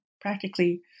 practically